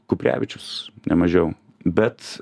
kuprevičius ne mažiau bet